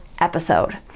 episode